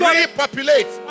Repopulate